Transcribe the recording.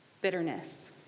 bitterness